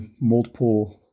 multiple